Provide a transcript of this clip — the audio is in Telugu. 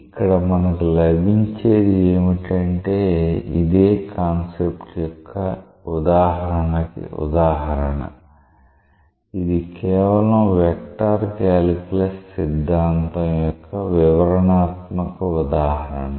ఇక్కడ మనకు లభించేది ఏమిటంటే ఇదే కాన్సెప్ట్ యొక్క ఉదాహరణకి ఉదాహరణ ఇది కేవలం వెక్టర్ కాలిక్యులస్ సిద్ధాంతం యొక్క వివరణాత్మక ఉదాహరణ